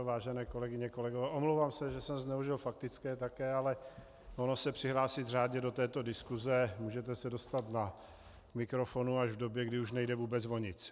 Vážené kolegyně, kolegové, omlouvám se, že jsem zneužil faktické také, ale ono se přihlásit řádně do této diskuse, můžete se dostat k mikrofonu až v době, kdy už nejde vůbec o nic.